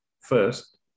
First